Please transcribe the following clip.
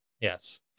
yes